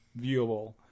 viewable